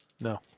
No